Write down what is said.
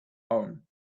home